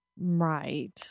right